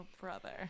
brother